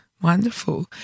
Wonderful